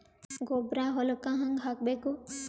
ಗೊಬ್ಬರ ಹೊಲಕ್ಕ ಹಂಗ್ ಹಾಕಬೇಕು?